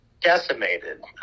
decimated